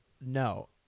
No